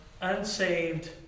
unsaved